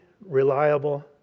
reliable